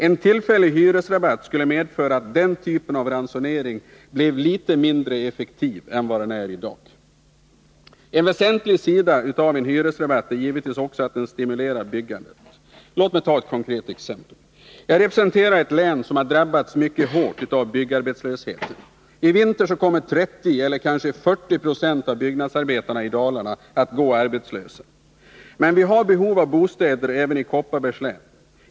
En tillfällig hyresrabatt skulle medföra att den typen av ransonering blev litet mindre effektiv än vad den är i dag. En väsentlig sida av en hyresrabatt är givetvis också att den stimulerar byggandet. Låt mig ta ett konkret exempel. Jag representerar ett län som har drabbats mycket hårt av byggarbetslösheten. I vinter kommer 30 eller kanske 40 90 av byggnadsarbetarna i Dalarna att gå arbetslösa. Men vi har behov av nya bostäder även i Kopparbergs län.